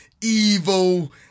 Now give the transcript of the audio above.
evil